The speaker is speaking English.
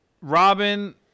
Robin